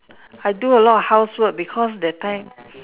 I do a lot of housework because that time